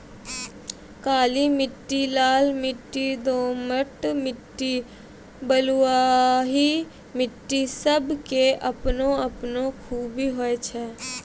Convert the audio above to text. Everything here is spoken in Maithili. काली मिट्टी, लाल मिट्टी, दोमट मिट्टी, बलुआही मिट्टी सब के आपनो आपनो खूबी होय छै